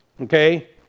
Okay